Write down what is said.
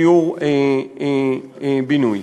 הפינוי-בינוי.